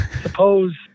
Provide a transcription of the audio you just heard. suppose